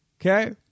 Okay